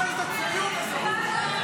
מה זאת הצביעות הזאת?